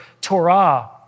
Torah